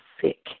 sick